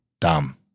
Dumb